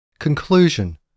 Conclusion